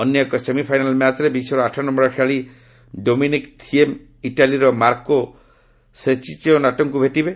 ଅନ୍ୟ ଏକ ସେମିଫାଇନାଲ୍ ମ୍ୟାଚ୍ରେ ବିଶ୍ୱର ଆଠନମ୍ଭର ଖେଳାଳି ଡୋମିନିକ୍ ଥିଏମ୍ ଇଟାଲିର ମାର୍କୋ ସେସ୍ଚିନାଟୋଙ୍କୁ ଭେଟିବେ